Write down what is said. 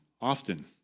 often